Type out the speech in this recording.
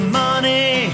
money